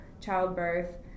childbirth